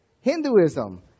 Hinduism